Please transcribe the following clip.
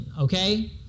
okay